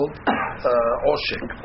Oshik